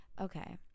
Okay